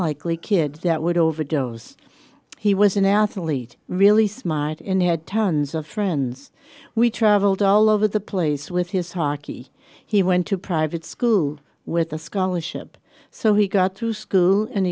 unlikely kid that would overdose he was an athlete really smart in he had tons of friends we traveled all over the place with his hockey he went to private school with a scholarship so he got through school and